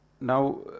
Now